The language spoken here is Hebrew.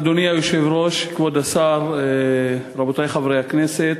אדוני היושב-ראש, כבוד השר, רבותי חברי הכנסת,